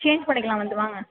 change பண்ணிக்கலாம் வந்து வாங்க